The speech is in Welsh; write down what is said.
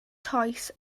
toes